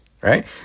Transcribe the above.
right